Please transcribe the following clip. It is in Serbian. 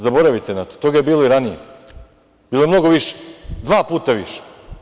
Zaboravite na to, toga je bilo i ranije, bilo je mnogo više, dva puta više.